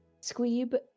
Squeeb